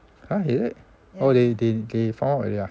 !huh! is it oh they they found out already ah